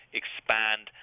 expand